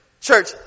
Church